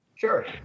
Sure